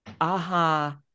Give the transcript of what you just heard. aha